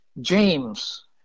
James